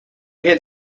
had